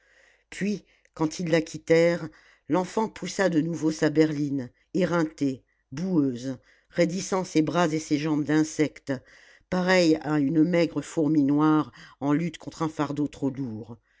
puis quand ils la quittèrent l'enfant poussa de nouveau sa berline éreintée boueuse raidissant ses bras et ses jambes d'insecte pareille à une maigre fourmi noire en lutte contre un fardeau trop lourd